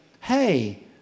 Hey